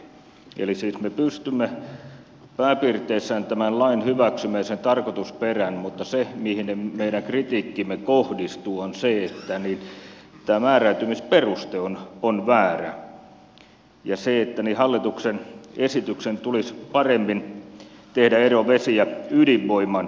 eli siis me pystymme pääpiirteissään tämän lain hyväksymään ja sen tarkoitusperän mutta se mihin meidän kritiikkimme kohdistuu on se että tämä määräytymisperuste on väärä ja se että hallituksen esityksen tulisi paremmin tehdä ero vesi ja ydinvoiman kesken